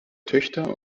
töchter